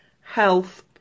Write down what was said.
health